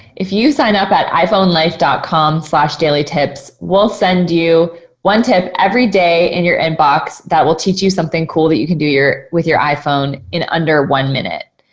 if you sign up at iphone life dot com slash daily tips, we'll send you one tip every day in your inbox that will teach you something cool that you can do with your iphone in under one minute.